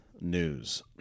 news